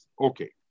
Okay